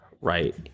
right